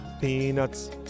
Peanuts